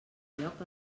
lloc